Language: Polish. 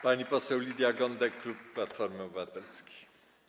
Pani poseł Lidia Gądek, klub Platformy Obywatelskiej.